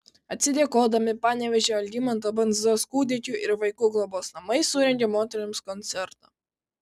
atsidėkodami panevėžio algimanto bandzos kūdikių ir vaikų globos namai surengė moterims koncertą